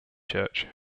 church